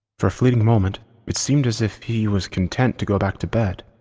for a fleeting moment it seemed as if he was content to go back to bed,